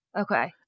Okay